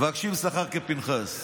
ורוצים שכר של פנחס.